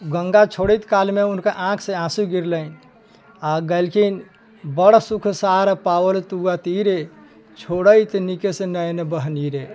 गंगा छोड़ैत काल मे उनका आँख से आँसू गिरलनि आ गेलखिन बड़ सुख सार पाओल तुअ तीरे छोड़इत निकस नयन बहे नीरे